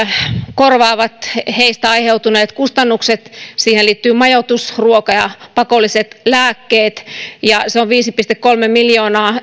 korvaavat heistä aiheutuneet kustannukset siihen liittyy majoitus ruoka ja pakolliset lääkkeet ja valtion budjetissa tähän kohdennettu resurssi on viisi pilkku kolme miljoonaa